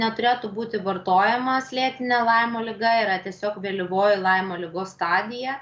neturėtų būti vartojamas lėtinė laimo liga yra tiesiog vėlyvoji laimo ligos stadija